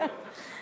אורן.